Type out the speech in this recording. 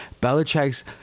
Belichick's